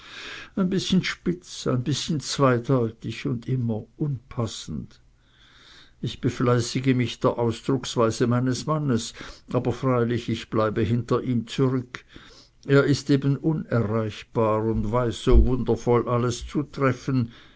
ein bißchen spitz ein bißchen zweideutig und immer unpassend ich befleißige mich der ausdrucksweise meines mannes aber freilich ich bleibe hinter ihm zurück er ist eben unerreichbar und weiß so wundervoll alles zu treffen